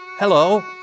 Hello